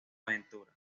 aventura